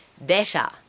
better